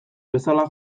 bezala